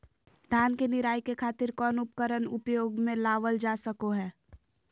धान के निराई के खातिर कौन उपकरण उपयोग मे लावल जा सको हय?